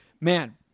Man